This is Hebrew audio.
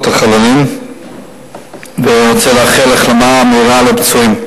החללים וארצה לאחל החלמה מהירה לפצועים.